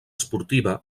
esportiva